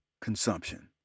consumption